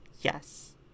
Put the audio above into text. Yes